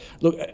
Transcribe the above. look